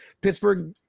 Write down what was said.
Pittsburgh